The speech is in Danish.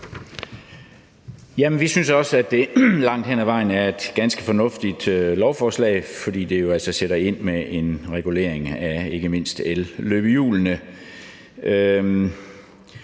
Vi synes også, at det langt hen ad vejen er et ganske fornuftigt lovforslag, fordi det jo altså sætter ind med en regulering af ikke mindst elløbehjulene.